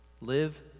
Live